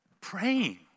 praying